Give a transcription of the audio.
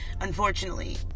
unfortunately